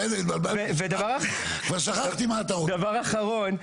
דבר אחרון,